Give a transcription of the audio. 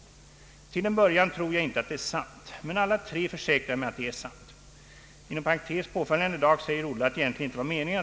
Till en början tror jag inte att det är sant. Men alla tre försäkrar mig att det är sant.